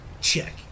Check